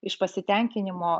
iš pasitenkinimo